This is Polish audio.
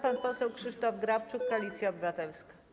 Pan poseł Krzysztof Grabczuk, Koalicja Obywatelska.